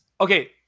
okay